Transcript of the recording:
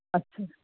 ਅੱਛਾ